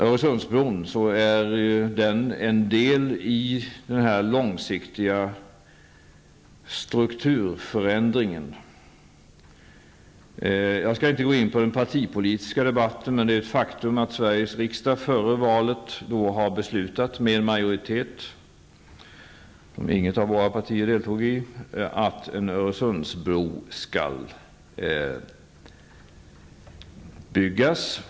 Öresundsbron är ju en del i den här långsiktiga strukturförändringen. Jag skall inte gå in på den partipolitiska debatten, men det är ett faktum att Sveriges riksdag före valet, med majoritet inget av våra partier deltog i den majoriteten, har beslutat att en Öresundsbro skall byggas.